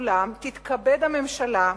אולם תתכבד הממשלה,